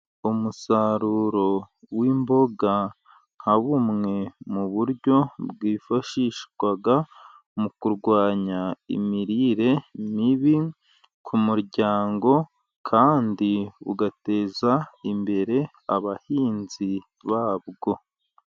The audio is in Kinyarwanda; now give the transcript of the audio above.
Umusaruro w' imboga nka bumwe mu buryo bwifashishwa mu kurwanya imirire mibi ku muryango, kandi bugateza imbere abahinzi babwo.